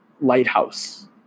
lighthouse